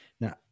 Now